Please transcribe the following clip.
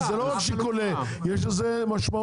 זה לא יש לזה משמעויות,